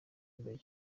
mbere